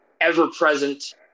ever-present